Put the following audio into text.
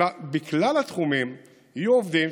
אלא בכלל התחומים יהיו עובדים,